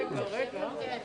בנוכחותם,